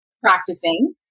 practicing